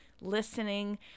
listening